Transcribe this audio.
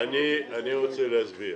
אני רוצה להסביר: